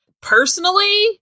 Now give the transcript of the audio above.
personally